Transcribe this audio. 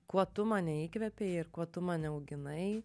kuo tu mane įkvepei ir kuo tu mane auginai